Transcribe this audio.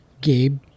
Gabe